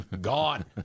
gone